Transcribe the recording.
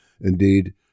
Indeed